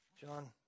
John